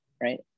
right